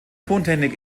tontechnik